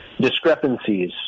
discrepancies